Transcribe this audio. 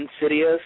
Insidious